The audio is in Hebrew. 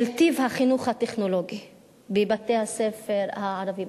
טיב החינוך הטכנולוגי בבתי-הספר הערביים,